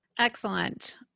Excellent